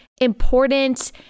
important